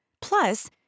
Plus